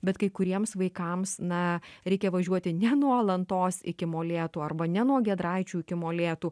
bet kai kuriems vaikams na reikia važiuoti ne nuo alantos iki molėtų arba ne nuo giedraičių iki molėtų